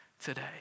today